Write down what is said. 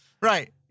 Right